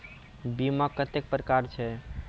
बीमा कत्तेक प्रकारक छै?